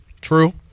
True